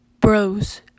Bros